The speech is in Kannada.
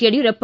ಯಡಿಯೂರಪ್ಪ